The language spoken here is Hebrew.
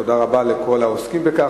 תודה רבה לכל העוסקים בכך.